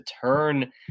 turn